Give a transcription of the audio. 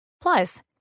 Plus